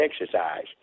exercise